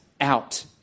out